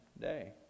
day